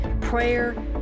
prayer